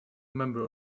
member